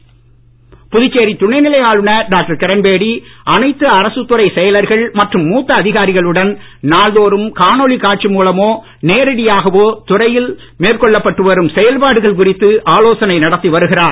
போக்குவரத்துறை புதுச்சேரி துணைநிலை ஆளுநர் டாக்டர் கிரண்பேடி அனைத்து அரசுத்துறைச் செயலர்கள் மற்றும் மூத்த அதிகாரிகளுடன் நாள் தோறும் காணொளி காட்சி மூலமோ நேரடியாகவோ துறையில் மேற்கொள்ளப்பட்டு வரும் செயல்பாடுகள் குறித்து ஆலோசனை நடத்தி வருகிறார்